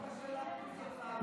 לא קשה להקפיץ אותך.